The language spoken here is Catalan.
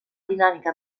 dinàmica